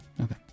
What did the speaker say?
Okay